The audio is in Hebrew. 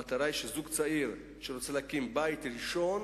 המטרה היא שזוג צעיר שרוצה להקים בית ראשון